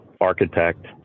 architect